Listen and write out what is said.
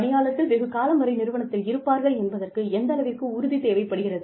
பணியாளர்கள் வெகு காலம் வரை நிறுவனத்தில் இருப்பார்கள் என்பதற்கு எந்தளவிற்கு உறுதி தேவைப்படுகிறது